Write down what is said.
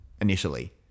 initially